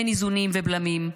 אין איזונים ובלמים,